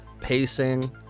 pacing